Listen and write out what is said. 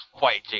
fighting